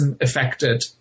affected